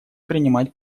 принимать